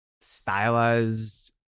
stylized